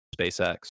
SpaceX